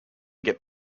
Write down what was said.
get